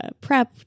prep